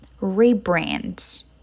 rebrand